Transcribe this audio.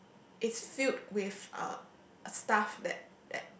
it's filled with uh stuff that that